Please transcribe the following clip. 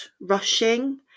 rushing